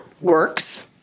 works